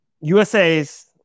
USA's